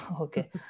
Okay